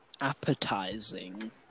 appetizing